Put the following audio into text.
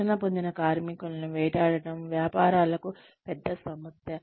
శిక్షణ పొందిన కార్మికులను వేటాడటం వ్యాపారాలకు పెద్ద సమస్య